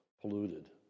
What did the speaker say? polluted